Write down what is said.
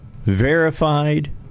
verified